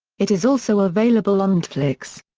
it is also available on netflix.